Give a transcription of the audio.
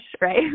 right